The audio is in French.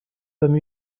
comme